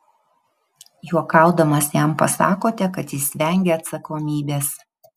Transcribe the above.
juokaudamas jam pasakote kad jis vengia atsakomybės